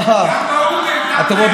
מה, אתה משקר.